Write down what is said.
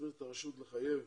להסמיך את הרשות לחייב